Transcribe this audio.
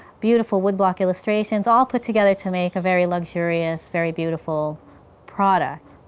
beautiful wood block illustrations, all put together to make a very luxurious, very beautiful product.